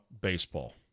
baseball